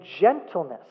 gentleness